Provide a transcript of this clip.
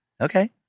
Okay